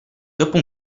dopo